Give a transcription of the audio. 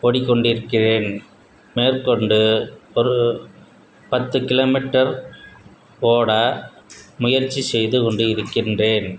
ஓடிக் கொண்டிருக்கிறேன் மேற்கொண்டு ஒரு பத்துக் கிலோமீட்டர் ஓட முயற்சி செய்துக் கொண்டு இருக்கின்றேன்